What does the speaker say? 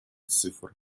цифр